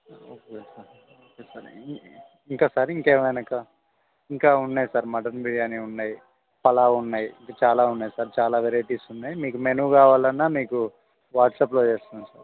okay sir ఇంకా sir ఇంకా ఏమైనా కావ ఇంకా ఉన్నాయ్ సార్ మటన్ బిర్యానీ ఉన్నాయి పలావ్ ఉన్నాయి ఇంకా చాలా ఉన్నాయి సార్ చాలా వెరైటీస్ ఉన్నాయి మీకు మెనూ కావాలన్నా మీకు వాట్సాప్లో చేస్తాం సార్